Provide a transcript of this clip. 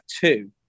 two